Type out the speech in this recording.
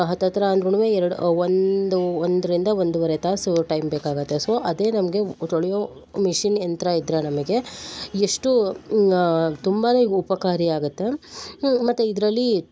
ಹತ್ರತ್ತಿರ ಅಂದ್ರೂ ಎರಡು ಒಂದು ಒಂದರಿಂದ ಒಂದುವರೆ ತಾಸು ಟೈಮ್ ಬೇಕಾಗುತ್ತೆ ಸೊ ಅದೇ ನಮಗೆ ತೊಳೆಯೋ ಮಿಷಿನ್ ಯಂತ್ರ ಇದ್ರೆ ನಮಗೆ ಎಷ್ಟು ತುಂಬಾ ಉಪಕಾರಿಯಾಗುತ್ತೆ ಮತ್ತು ಇದರಲ್ಲಿ